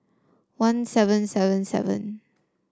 one seven seven seven